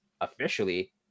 officially